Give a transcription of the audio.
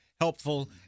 helpful